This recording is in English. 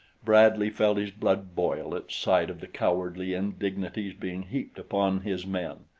bradley felt his blood boil at sight of the cowardly indignities being heaped upon his men,